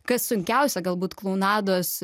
kas sunkiausia galbūt klounados